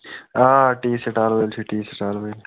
آ tea stall وٲلۍ چھِ ٹی سِٹال وٲلۍ